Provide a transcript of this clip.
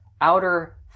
outer